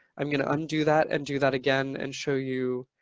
i'm going to undo that and do that again and show you.